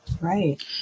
Right